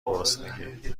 گرسنگی